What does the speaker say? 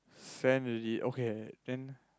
sent already okay then